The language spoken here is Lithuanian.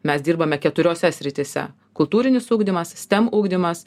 mes dirbame keturiose srityse kultūrinis ugdymas stem ugdymas